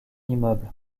immeuble